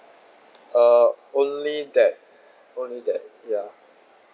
uh only that only that ya